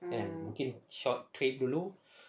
kan mungkin short trip dulu